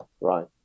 right